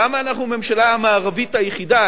למה אנחנו הממשלה המערבית היחידה,